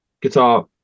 guitar